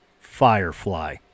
Firefly